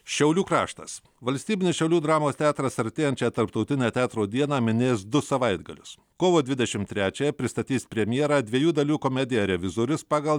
šiaulių kraštas valstybinis šiaulių dramos teatras artėjančią tarptautinę teatro dieną minės du savaitgalius kovo dvidešimt trečiąją pristatys premjerą dviejų dalių komediją revizorius pagal